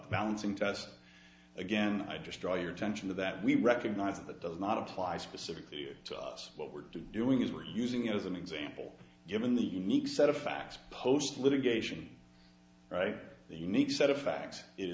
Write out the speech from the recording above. balancing test again i just draw your attention to that we recognize that does not apply specifically to us what we're doing is we're using as an example given the unique set of facts post litigation the unique set of facts i